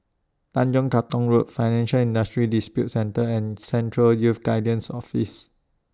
Tanjong Katong Road Financial Industry Disputes Centre and Central Youth Guidance Office